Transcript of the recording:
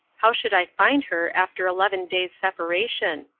how should i find her after eleven days' separation.